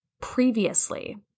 previously